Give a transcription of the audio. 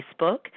Facebook